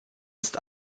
ist